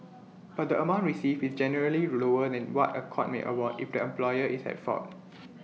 but the amount received is generally lower than what A court may award if the employer is at fault